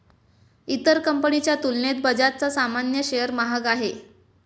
इतर कंपनीच्या तुलनेत बजाजचा सामान्य शेअर महाग आहे